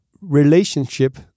relationship